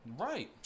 Right